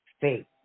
faith